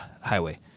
highway